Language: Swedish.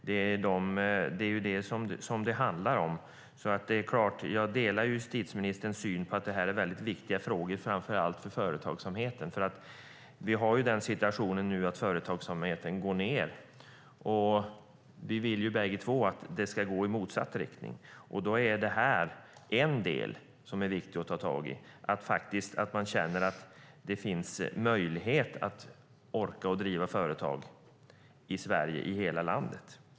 Det är det som det handlar om. Jag delar justitieministerns syn att det här är viktiga frågor, framför allt för företagsamheten. Vi har nu situationen att företagsamheten går ned, och vi vill ju bägge två att det ska gå i motsatt riktning. Då är det här en del som det är viktigt att ta tag i, så att man känner att det är möjligt att orka driva företag i Sverige, i hela landet.